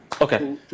Okay